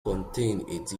contains